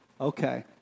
Okay